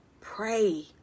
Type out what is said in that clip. pray